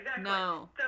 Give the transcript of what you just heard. no